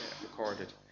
recorded